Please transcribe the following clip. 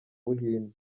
buhinde